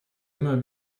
immer